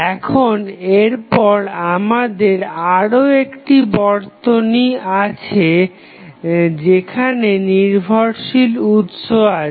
এখন এরপর আমাদের আরও একটি বর্তনী আছে যেখানে নির্ভরশীল উৎস আছে